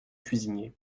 cuisinier